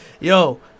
yo